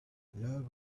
love